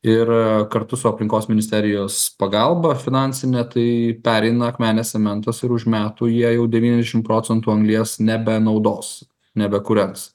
ir kartu su aplinkos ministerijos pagalba finansine tai pereina akmenės cementas ir už metų jie jau devyniasdešimt procentų anglies nebenaudos nebekūrens